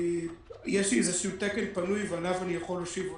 לי תקן פנוי ועליו אני יכול להושיב,